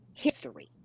History